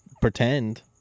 pretend